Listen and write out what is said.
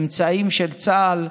אמצעים של צה"ל,